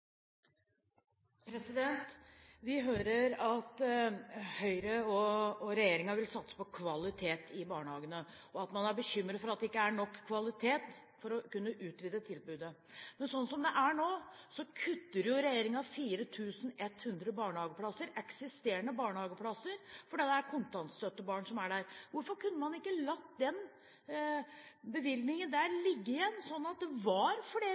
Vi hører at Høyre og regjeringen vil satse på kvalitet i barnehagene, og at man er bekymret for at det ikke er god nok kvalitet for å kunne utvide tilbudet. Sånn som det er nå, kutter regjeringen 4 100 eksisterende barnehageplasser fordi det er kontantstøttebarn som har de plassene. Hvorfor kunne man ikke latt den bevilgningen ligge, sånn at det var flere